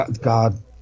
God